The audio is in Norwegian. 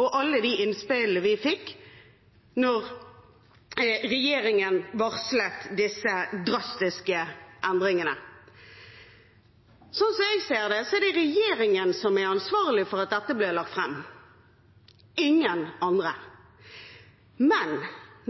og alle de innspillene vi fikk da regjeringen varslet disse drastiske endringene. Sånn som jeg ser det, er det regjeringen som er ansvarlig for at dette ble lagt fram – ingen andre. Men